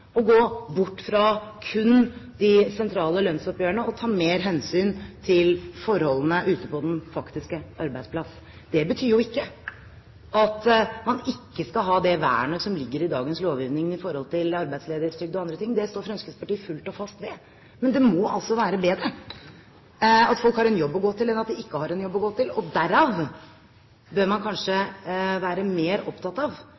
å gå bort fra kun de sentrale lønnsoppgjørene og ta mer hensyn til forholdene ute på den faktiske arbeidsplass. Det betyr jo ikke at man ikke skal ha det vernet som ligger i dagens lovgivning i forhold til arbeidsledighetstrygd og andre ting, det står Fremskrittspartiet fullt og fast ved. Men det må altså være bedre at folk har en jobb å gå til enn at de ikke har en jobb å gå til, og derav bør man kanskje være mer opptatt av,